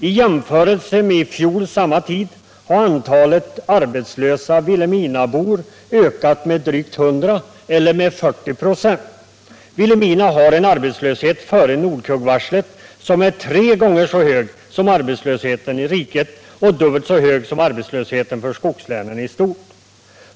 I jämförelse med i fjol samma tid har antalet arbetslösa vilhelminabor ökat med drygt 100 eller med 40 96. Vilhelmina har en arbetslöshet före Nogkuggvarslet som är tre gånger så hög som arbetslösheten i riket och dubbelt så hög som arbetslösheten för skogslänen i stort.